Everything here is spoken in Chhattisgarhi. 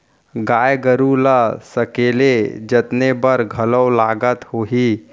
गाय गरू ल सकेले जतने बर घलौ लागत होही?